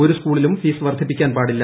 ഒരു സ്കൂളിലും ഫീസ് വർധിപ്പിക്കാൻ പാടില്ല